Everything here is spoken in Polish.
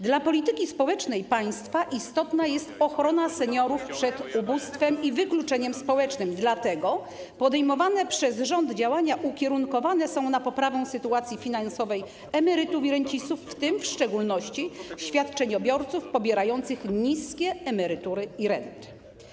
Dla polityki społecznej państwa istotna jest ochrona seniorów przed ubóstwem i wykluczeniem społecznym, dlatego podejmowane przez rząd działania są ukierunkowane na poprawę sytuacji finansowej emerytów i rencistów, w tym w szczególności świadczeniobiorców pobierające niskie emerytury i renty.